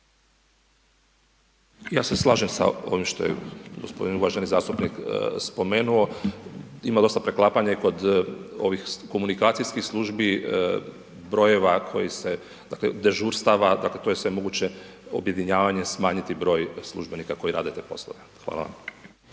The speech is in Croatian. Ja se slažem s ovim što je gospodin uvaženi zastupnik spomenuo, ima dosta preklapanja i kod ovih komunikacijskih službi, brojeva koji se, dakle dežurstava, dakle, to je sve moguće objedinjavanje smanjiti broj službenika koji rade te poslove. Hvala.